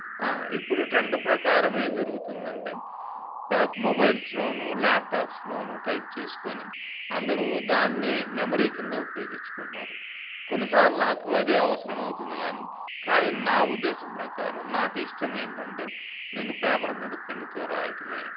ఇప్పుడు ట్రెండ్ ప్రకారం ఏం జరుగుతుందంటే పేప్ మొబైల్స్ లోనూ ల్యాప్టాప్స్ లోనూ లోను టైప్ చేసుకొని అందరూ దాన్ని మెమరీ కింద ఉపయోగించుకున్నారు కొన్నిసార్లు నాకు అదే అవసరం అవుతుంది కానీ కానీ నా ఉద్దేశం ప్రకారం నాకు ఇష్టం ఏంటంటే నేను పేపర్ మీద పెన్నుతో రాయటమే